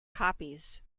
copies